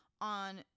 on